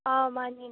ꯑꯥ ꯃꯥꯟꯅꯦ